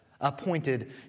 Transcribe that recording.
appointed